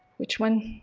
which one?